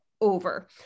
over